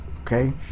Okay